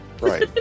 Right